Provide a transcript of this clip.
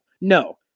No